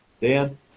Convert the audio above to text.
Dan